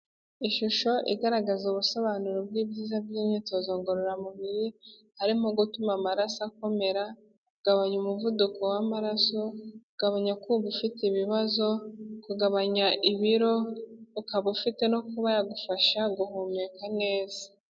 Ishusho igaragaza ubusobanuro bw'ibyiza by'imyitozo ngororamubiri harimo gutuma amaraso akomera, kugabanya umuvuduko w'amaraso, kugabanya kumva ufite ibibazo, kugabanya ibiro ukaba ufite no kuba yagufasha guhumeka neza.